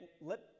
let